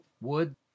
wood